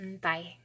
Bye